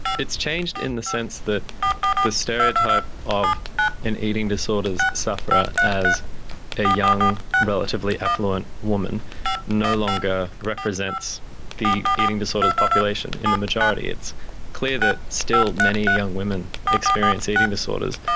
it's changed in the sense that the stereotype of an eating disorder sufferer as a young, relatively affluent woman no longer represents the eating disorders population. in the majority it's clear that still many young women experience eating disorders,